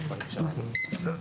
(היו"ר משה טור פז) תודה.